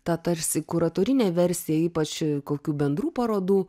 ta tarsi kuratorinė versija ypač kokių bendrų parodų